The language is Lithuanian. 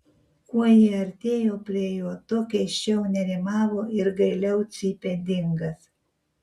kuo ji artėjo prie jo tuo keisčiau nerimavo ir gailiau cypė dingas